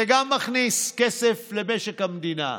גם זה מכניס כסף למשק המדינה.